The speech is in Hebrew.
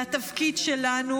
והתפקיד שלנו